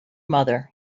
mother